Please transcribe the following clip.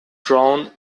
drawn